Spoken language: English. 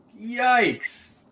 Yikes